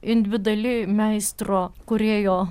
individuali meistro kūrėjo